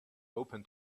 open